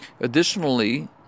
Additionally